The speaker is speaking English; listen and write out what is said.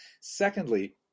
Secondly